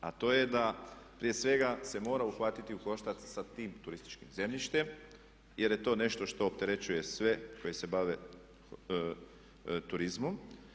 A to je da prije svega se mora uhvatiti u koštac sa tim turističkim zemljištem jer je to nešto što opterećuje sve koji se bave turizmom.